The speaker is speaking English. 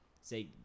Say